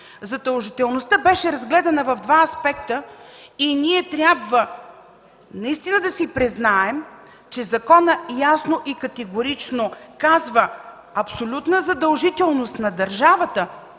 Задължителността беше разгледана в два аспекта и трябва наистина да признаем, че законът ясно и категорично казва – абсолютна задължителност на държавата